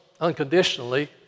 unconditionally